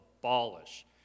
abolish